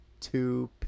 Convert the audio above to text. two